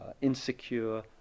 insecure